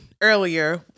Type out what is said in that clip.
earlier